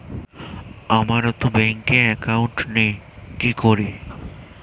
আমারতো ব্যাংকে একাউন্ট নেই কি করি?